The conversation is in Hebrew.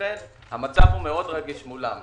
לכן המצב הוא מאוד רגיש מולם.